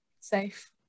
Safe